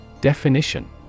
Definition